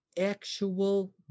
actual